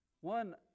One